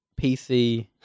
PC